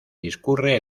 discurre